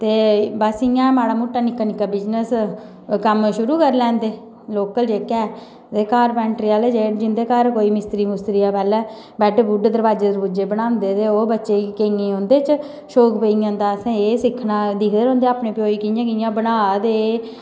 बस इयां गै माड़ा मुट्टा निक्का निक्का बिजनस कम्म शुरु करी लैंदे लोकल जेहका ऐ ते कारपैंटरी आहले जिं'दे घर कोई मिस्त्री हा पैहलें बैड दरवाजे बनांदे ते ओह् बच्चे गी केंइयें गी उंदे च शौक पेई जंदा असें एह् सिक्खना दिखदे रौंहदे अपने प्यो गी कि''यां कियां बना दे